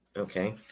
Okay